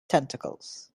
tentacles